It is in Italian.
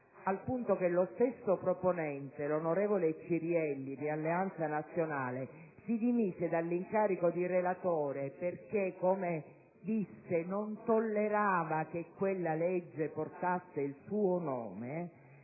al punto che lo stesso proponente, l'onorevole Cirielli, di Alleanza Nazionale, si dimise dall'incarico di relatore perché - come egli disse - non tollerava che quella legge portasse il suo nome,